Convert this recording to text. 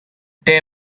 des